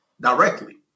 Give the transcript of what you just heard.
directly